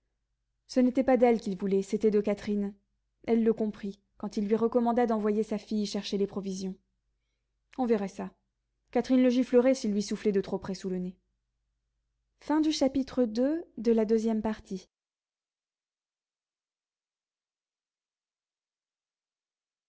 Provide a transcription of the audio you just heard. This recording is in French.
ce n'était pas d'elle qu'il voulait c'était de catherine elle le comprit quand il lui recommanda d'envoyer sa fille chercher les provisions on verrait ça catherine le giflerait s'il lui soufflait de trop près sous le nez iii